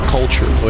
culture